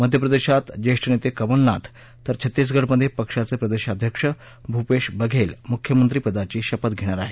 मध्यप्रदेशात ज्येष्ठ नेते कमलनाथ तर छत्तीसगढमध्ये पक्षाचे प्रदेशाध्यक्ष भूपेश बघेल मुख्यमंत्रिपदाची शपथ घेणार आहेत